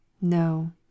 NO